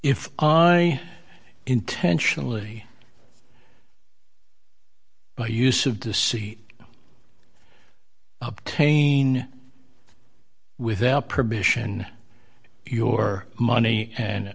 if i intentionally by use of the c obtain without permission your money and